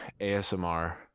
asmr